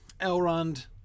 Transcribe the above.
Elrond